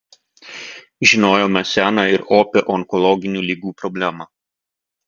žinojome seną ir opią onkologinių ligų problemą